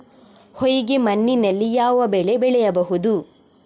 ಹೊಯ್ಗೆ ಮಣ್ಣಿನಲ್ಲಿ ಯಾವ ಬೆಳೆ ಬೆಳೆಯಬಹುದು?